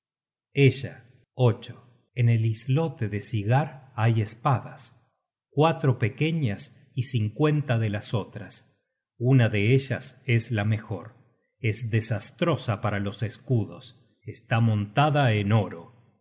poseer ella en el islote de sigar hay espadas cuatro pequeñas y cincuenta de las otras una de ellas es la mejor es desastrosa para los escudos está montada en oro